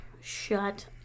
shut